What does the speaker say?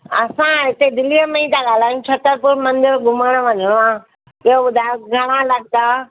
असां हिते दिल्लीअ में ई था ॻाल्हायूं छतरपुर मंदिर घुमण वञिणो आहे इहो ॿुधायो घणा लगंदा